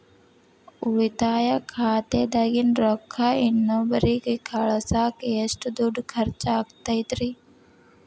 ಉಳಿತಾಯ ಖಾತೆದಾಗಿನ ರೊಕ್ಕ ಇನ್ನೊಬ್ಬರಿಗ ಕಳಸಾಕ್ ಎಷ್ಟ ದುಡ್ಡು ಖರ್ಚ ಆಗ್ತೈತ್ರಿ?